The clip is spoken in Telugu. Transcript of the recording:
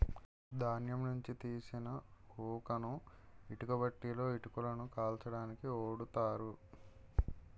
ధాన్యం నుంచి తీసిన ఊకను ఇటుక బట్టీలలో ఇటుకలను కాల్చడానికి ఓడుతారు